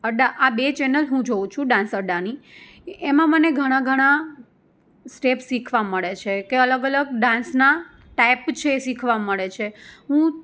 અડ્ડા આ બે ચેનલ હું જોઉં છું ડાન્સ અડ્ડાની એમાં મને ઘણા ઘણા સ્ટેપ શીખવા મળે છે કે અલગ અલગ ડાન્સના ટાઈપ છે એ શીખવા મળે છે હું